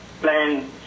plan